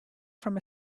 from